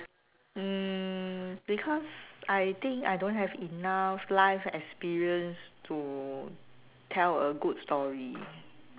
mm because I think I don't have enough life experience to tell a good story